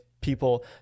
people